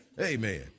Amen